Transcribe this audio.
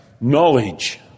knowledge